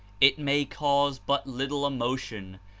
it may cause but little emotion,